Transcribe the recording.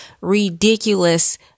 ridiculous